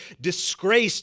disgraced